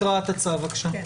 הקראת הצו, בבקשה.